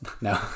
No